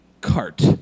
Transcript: cart